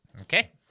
Okay